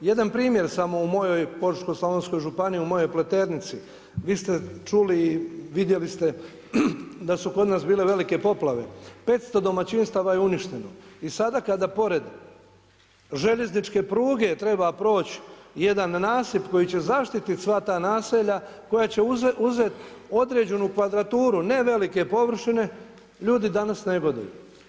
Jedan primjer samo u mojoj Požeško-slavonskoj županiji, u mojoj Pleternici, vi ste čuli i vidjeli ste da su kod nas bile velike poplave, 500 domaćinstava je uništeno i sada kada pored željezničke pruge treba proći jedan nasip koji će zaštiti sva ta naselja, koja će uzet određenu kvadraturu, ne velike površine, ljudi danas negoduju.